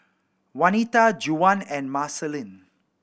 Wanita Juwan and Marceline